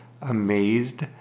amazed